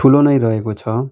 ठुलो नै रहेको छ